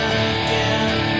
again